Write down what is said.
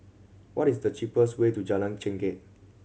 what is the cheapest way to Jalan Chengkek